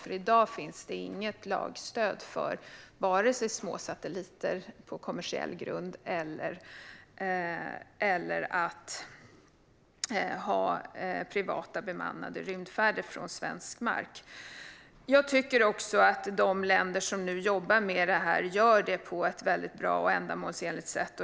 I dag finns det nämligen inget lagstöd för vare sig små satelliter på kommersiell grund eller privata bemannade rymdfärder från svensk mark. Jag tycker att de länder som nu jobbar med detta gör det på ett väldigt bra och ändamålsenligt sätt.